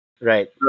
Right